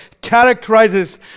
characterizes